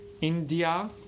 India